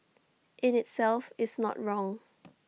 in itself is not wrong